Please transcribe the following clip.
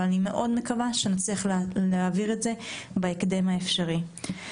אני מאוד מקווה שנצליח להעביר את זה בהקדם האפשרי.